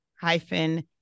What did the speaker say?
hyphen